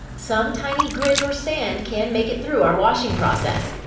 some tiny grit or sand can make it through our washing process.